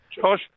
Josh